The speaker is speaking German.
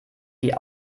die